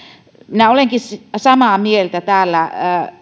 minä olenkin samaa mieltä täällä